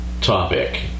topic